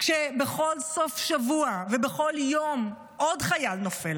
כשבכל סוף שבוע ובכל יום עוד חייל נופל.